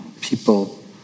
people